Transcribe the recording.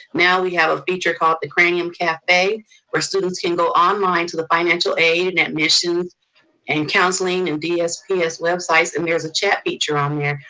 now we have a feature called the cranium cafe where students can go online to the financial aid and admissions and counselings, and dsps websites. and there's a chat feature um yeah